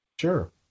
Sure